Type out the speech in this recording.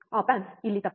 app amps ಇಲ್ಲಿ ತಪ್ಪು